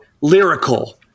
lyrical